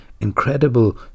incredible